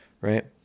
Right